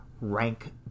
rank